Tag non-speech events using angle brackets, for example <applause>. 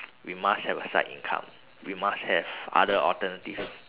<noise> we must have a side income we must have other alternatives